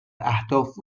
اهداف